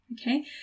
Okay